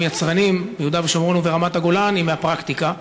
יצרנים מיהודה ושומרון ורמת-הגולן היא הפרקטיקה,